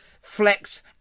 Flex